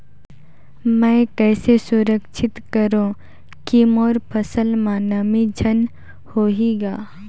मैं कइसे सुरक्षित करो की मोर फसल म नमी झन होही ग?